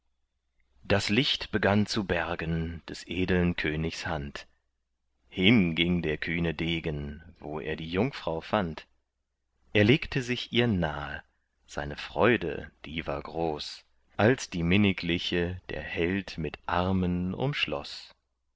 das licht begann zu bergen des edeln königs hand hin ging der kühne degen wo er die jungfrau fand er legte sich ihr nahe seine freude die war groß als die minnigliche der held mit armen